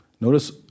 Notice